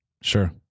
Sure